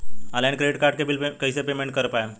Online credit card के bill कइसे payment कर पाएम?